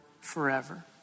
forever